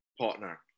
Partner